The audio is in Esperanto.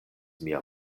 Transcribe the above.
mia